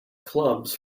clubs